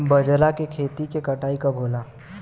बजरा के खेती के कटाई कब होला?